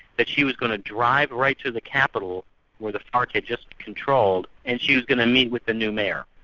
that she was going to drive right to the capital where the farc had just controlled, and she was going to meet with the new mayor.